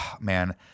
man